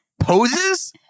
poses